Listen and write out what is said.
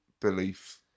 belief